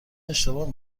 اشتباه